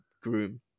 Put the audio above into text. groom